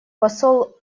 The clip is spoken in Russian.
посол